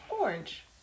orange